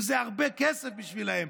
וזה הרבה כסף בשבילם.